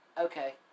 okay